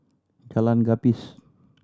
Jalan Gapis